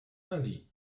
valley